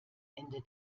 ende